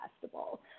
Festival